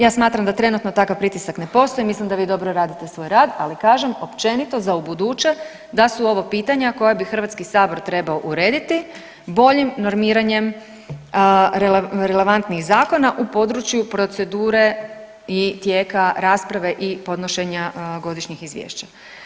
Ja smatram da trenutno takav pritisak ne postoji, mislim da bi dobro radite svoj rad, ali kažem, općenito za ubuduće da su ovo pitanja koja bi HS trebao urediti boljim normiranjem relevantnih zakona u području procedure i tijeka rasprave i podnošenja godišnjih izvješća.